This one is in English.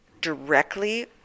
directly